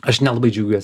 aš nelabai džiaugiuosi